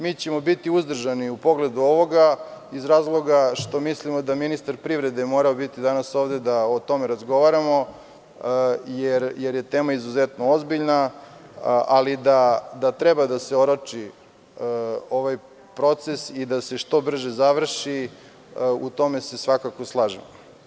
Mi ćemo biti uzdržani u pogledu ovoga iz razloga što mislimo da ministar privrede mora biti danas ovde da o tome razgovaramo, jer je tema izuzetno ozbiljna, ali da treba da se oroči ovaj proces i da se što brže završi u tome se svakako slažemo.